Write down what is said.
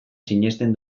sinesten